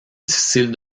difficile